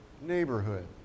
neighborhood